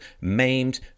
maimed